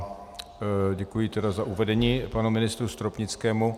A děkuji za uvedení panu ministru Stropnickému.